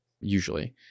usually